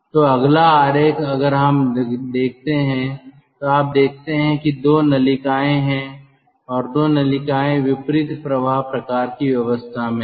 तो अगला आरेख अगर हम देखते हैं तो आप देखते हैं कि 2 नलिकाएं हैं और 2 नलिकाएं विपरीत प्रवाह प्रकार की व्यवस्था में हैं